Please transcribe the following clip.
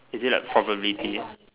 is it like probability